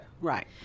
Right